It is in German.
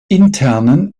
internen